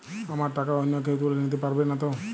আমার টাকা অন্য কেউ তুলে নিতে পারবে নাতো?